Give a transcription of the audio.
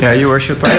ah your lordship.